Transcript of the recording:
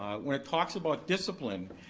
when it talks about discipline,